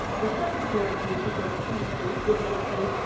the second characteristic of true faith, biblical faith,